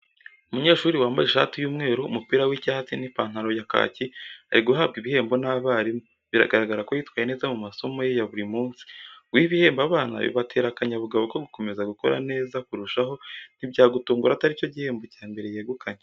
Umunyeshuri wambaye ishati y'umweru, umupira w'icyatsi n'ipantaro ya kaki, ari guhabwa ibihembo n'abarimu, biragaragara ko yitwaye neza mu masomo ye ya buri munsi. Guha ibihembo abana bibatera akanyabugabo ko gukomeza gukora neza kurushaho, ntibyagutungura atari cyo gihembo cya mbere yegukanye.